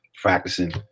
Practicing